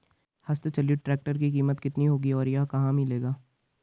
हस्त चलित ट्रैक्टर की कीमत कितनी होगी और यह कहाँ मिलेगा?